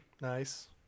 Nice